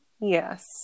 yes